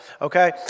okay